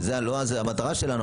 שלא זו המטרה שלנו,